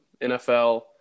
NFL